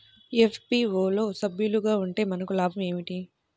FPO లో సభ్యులుగా ఉంటే మనకు లాభం ఏమిటి?